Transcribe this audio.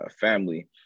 family